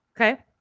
Okay